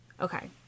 okay